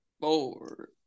four